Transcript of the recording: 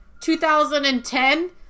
2010